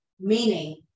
Meaning